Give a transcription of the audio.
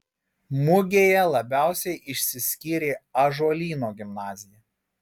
mugėje labiausiai išsiskyrė ąžuolyno gimnazija